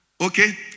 okay